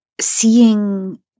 seeing